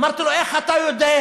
אמרתי לו: איך אתה יודע?